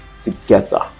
Together